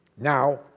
Now